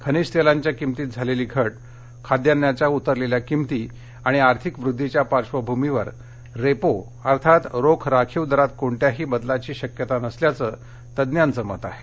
खनिज तेलांच्या किमतीत झालेली घट खाद्यान्नाच्या उतरलेल्या किमती आणि आर्थिक वृद्धीच्या पार्श्वभूमीवर रेपो अर्थात रोख राखीव दरात कोणत्याही बदलाची शक्यता नसल्याचं तज्ञांचं मत आहे